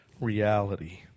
reality